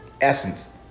essence